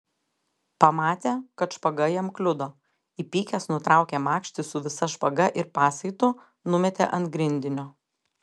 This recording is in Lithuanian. pamatė kad špaga jam kliudo įpykęs nutraukė makštį su visa špaga ir pasaitu numetė ant grindinio